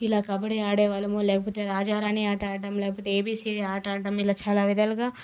ఇలా కబడి ఆడేవాళ్ళము లేపోతే రాజారాణి ఆటాడడం లేపోతే ఏబిసి ఆటాడడం ఇలా చాలా విధాలుగా